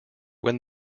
when